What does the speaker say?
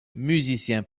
musicien